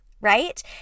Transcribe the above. right